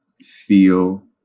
feel